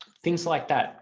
things like that,